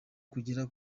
kugera